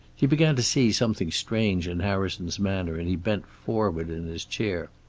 he began to see something strange in harrison's manner, and he bent forward in his chair.